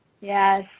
Yes